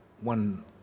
one